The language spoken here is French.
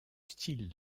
style